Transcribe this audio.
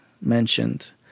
mentioned